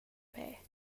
pay